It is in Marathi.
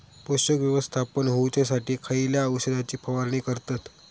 पोषक व्यवस्थापन होऊच्यासाठी खयच्या औषधाची फवारणी करतत?